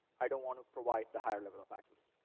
i don't want to provide the higher level of access.